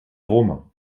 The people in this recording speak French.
romain